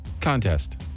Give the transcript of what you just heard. contest